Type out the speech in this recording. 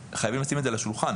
וחייבים לשים את זה על השולחן.